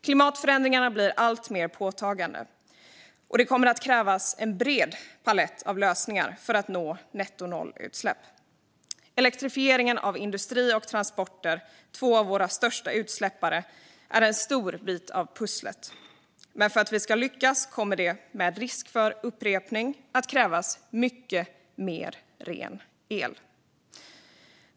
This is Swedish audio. Klimatförändringarna blir alltmer påtagliga, och det kommer att krävas en hel palett av lösningar för att nå nettonollutsläpp. Elektrifieringen av industri och transporter, två av våra största utsläppare, är en stor bit av pusslet. Men för att vi ska lyckas kommer det - med risk för upprepning - att krävas mycket mer ren el.